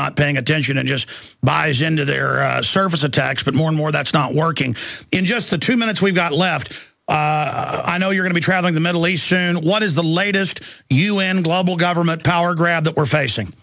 not paying attention and just buys into their service attacks but more and more that's not working in just the two minutes we've got left i know you're going to traveling the middle east soon what is the latest un global government power grab that we're facing